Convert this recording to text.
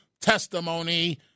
testimony